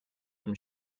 from